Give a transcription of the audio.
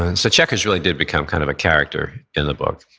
and so chequers really did become kind of a character in the book.